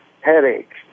headaches